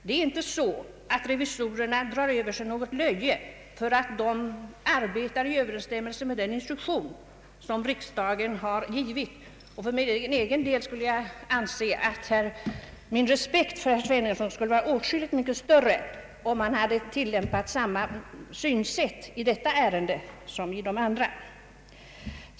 Det är inte så att revisorerna drar över sig något löje för att de arbetar i överensstämmelse med den instruktion som riksdagen har fastställt. För min egen del skulle min respekt för herr Sveningsson vara åtskilligt större, om han hade tillämpat samma synsätt i detta ärende som i andra.